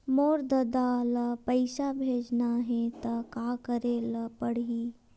मोर ददा ल पईसा भेजना हे त का करे ल पड़हि?